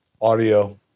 audio